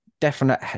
Definite